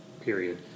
period